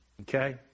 okay